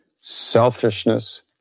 selfishness